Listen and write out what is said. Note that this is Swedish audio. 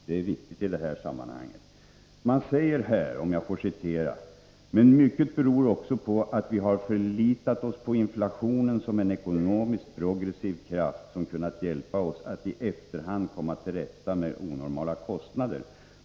Det är viktigt i detta sammanhang. Man uttalar bl.a. följande: Men mycket beror också på att vi har förlitat oss på inflationen som en ekonomiskt progressiv kraft som kunnat hjälpa oss att i efterhand komma till rätta med onormala kostnader.